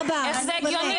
איך זה הגיוני?